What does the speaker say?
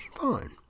Fine